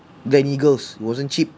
gleneagles it wasn't cheap